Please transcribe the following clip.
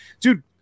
dude